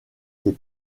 des